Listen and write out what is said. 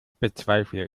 bezweifle